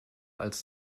als